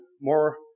more